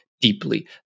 deeply